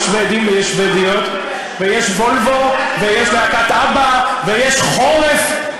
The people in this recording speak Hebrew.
יש שבדים ויש שבדיות ויש "וולבו" ויש להקת "אבבא" ויש חורף,